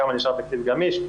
כמה נשאר תקציב גמיש?